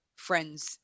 friends